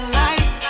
life